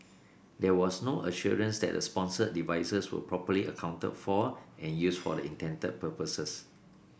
there was no assurance that the sponsored devices were properly accounted for and used for the intended purposes